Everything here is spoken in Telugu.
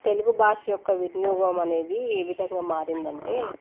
తెలుగు భాష యొక్క వినియోగం అనేది ఏ విధంగా మారిందంటే